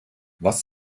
was